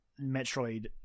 Metroid